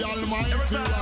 Almighty